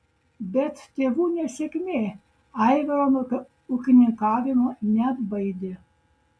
bet tėvų nesėkmė aivaro nuo ūkininkavimo neatbaidė